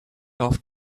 off